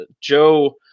Joe